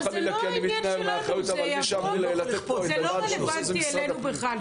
לאכוף איזושהי ענישה או משהו על בן אדם